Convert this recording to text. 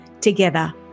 Together